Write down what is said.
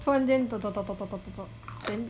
突然间